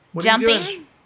Jumping